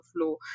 flow